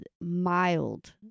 mild